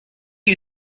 you